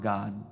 God